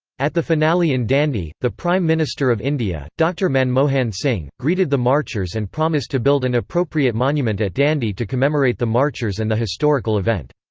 at the finale in dandi, the prime minister of india, dr manmohan singh, greeted the marchers and promised to build an appropriate monument at dandi to commemorate the marchers and the historical event.